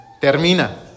termina